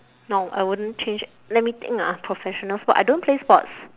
no I wouldn't change let me think ah professional sport I don't play sports